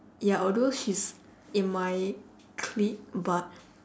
ya although she's in my clique but